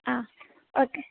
ആ ഓക്കെ